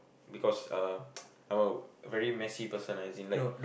because uh I'm a very messy person lah as in like